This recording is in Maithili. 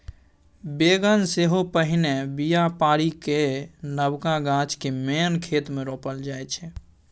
बेगन सेहो पहिने बीया पारि कए नबका गाछ केँ मेन खेत मे रोपल जाइ छै